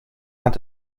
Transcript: hat